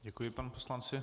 Děkuji panu poslanci.